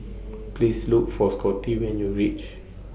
Please Look For Scotty when YOU REACH